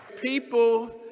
People